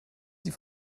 sie